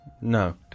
No